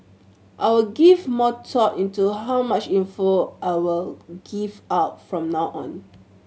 I will give more thought into how much info I will give out from now on